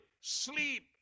sleep